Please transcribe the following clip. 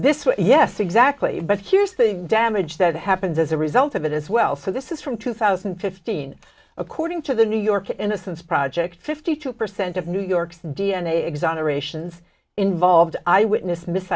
way yes exactly but here's the damage that happens as a result of it as well so this is from two thousand and fifteen according to the new york innocence project fifty two percent of new york's d n a exonerations involved i witness mis